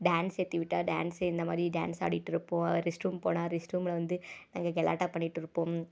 dance ஏற்றிவிட்டா dance இந்தமாதிரி dance ஆடிட்டிருப்போம் ரெஸ்ட் ரூம் போனால் ரெஸ்ட் ரூமில் வந்து நாங்கள் கலாட்டா பண்ணிட்டுருப்போம்